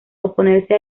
oponerse